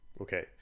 okay